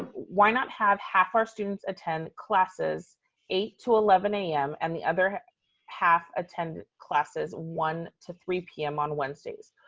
why not have half our students attend classes eight to eleven a m. and the other half attend classes one to three p m. on wednesdays?